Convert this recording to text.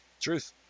Truth